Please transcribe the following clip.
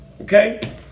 Okay